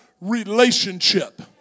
relationship